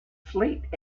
fleet